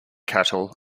cattle